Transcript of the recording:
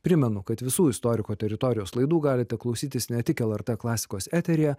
primenu kad visų istoriko teritorijos laidų galite klausytis ne tik lrt klasikos eteryje